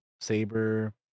saber